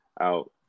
out